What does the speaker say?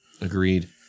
Agreed